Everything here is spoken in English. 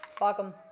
Welcome